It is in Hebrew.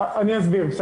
אסביר.